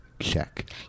Check